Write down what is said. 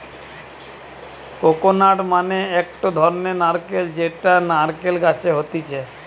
coconut মানে একটো ধরণের নারকেল যেটা নারকেল গাছে হতিছে